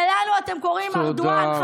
ולנו אתם קוראים ארדואן?